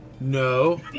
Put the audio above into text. No